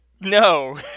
No